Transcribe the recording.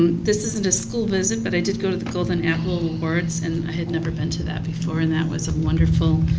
this isn't a school visit, but i did go to the golden apple awards and i never been to that before. and that was a wonderful,